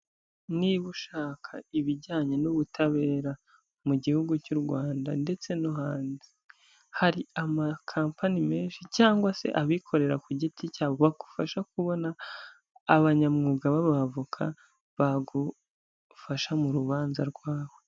Niba ushaka ibijyanye n'ubutabera mu gihugu cy'u Rwanda ndetse no hanze, hari amakampani menshi cyangwa se abikorera ku giti cyabo bagufasha kubona abanyamwuga b'abavoka, bagufasha mu rubanza rwawe.